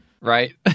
Right